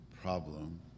problem